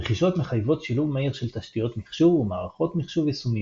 רכישות מחייבות שילוב מהיר של תשתיות מחשוב ומערכות מחשוב יישומיות.